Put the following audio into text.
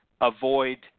avoid